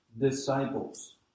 disciples